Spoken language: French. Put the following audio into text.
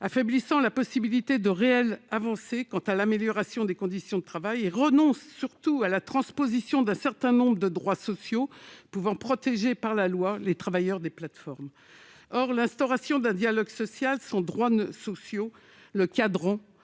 affaiblit la possibilité de réelles avancées quant à l'amélioration de leurs conditions de travail et renonce surtout à la transposition d'un certain nombre de droits sociaux susceptibles de les protéger par la loi. Or l'instauration d'un dialogue social sans droits sociaux l'encadrant